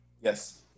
Yes